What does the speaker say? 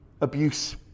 abuse